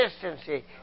consistency